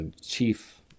chief